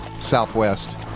southwest